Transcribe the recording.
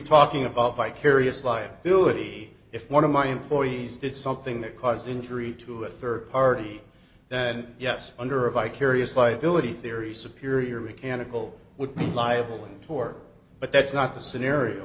talking about vicarious liability if one of my employees did something that cause injury to a rd party then yes under a vicarious liability theory security or mechanical would be liable tor but that's not the scenario